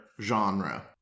genre